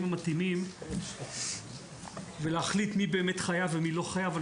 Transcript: המתאימים ולהחליט מי חייב ומי לא חייב.